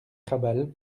krabal